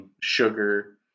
sugar